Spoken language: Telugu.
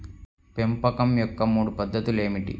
పెంపకం యొక్క మూడు పద్ధతులు ఏమిటీ?